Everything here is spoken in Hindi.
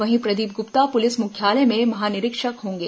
वहीं प्रदीप गुप्ता पुलिस मुख्यालय में महानिरीक्षक होंगे